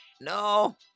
No